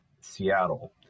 Seattle